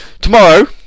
Tomorrow